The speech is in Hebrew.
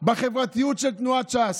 בחברתיות של תנועת ש"ס.